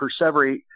perseverate